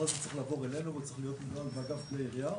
הזה צריך לעבור אלינו והוא צריך להיות מנוהל באגף כלי ירייה.